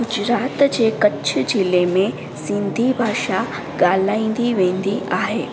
गुजरात जे कच्छ जिले में सिंधी भाषा ॻाल्हाईंदी वेंदी आहे